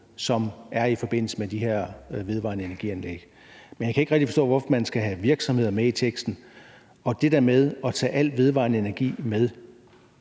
i forbindelse med de her vedvarende energianlæg, men jeg kan ikke rigtig forstå, hvorfor man skal have virksomheder med i teksten. Med hensyn til det der med at tage al vedvarende energi med,